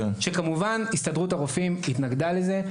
כמובן שהסתדרות הרופאים התנגדה לזה.